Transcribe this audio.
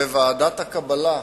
וועדת הקבלה,